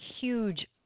huge